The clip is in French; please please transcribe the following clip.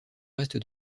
reste